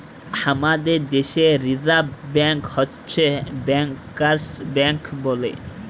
হামাদের দ্যাশে reserve bank হচ্ছ ব্যাংকার্স ব্যাঙ্ক বলে